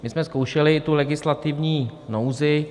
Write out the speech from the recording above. My jsme zkoušeli tu legislativní nouzi.